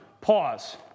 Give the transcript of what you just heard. Pause